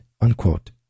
unquote